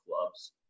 clubs